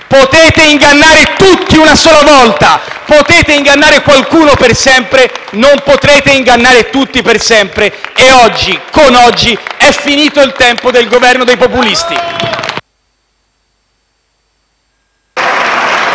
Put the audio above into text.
Potete ingannare tutti una sola volta; potete ingannare qualcuno per sempre; non potrete ingannare tutti per sempre. E oggi, con oggi, è finito il tempo del Governo dei